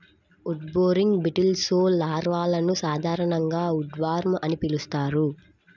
wood boring బీటిల్స్లో లార్వాలను సాధారణంగా ఉడ్వార్మ్ అని పిలుస్తారు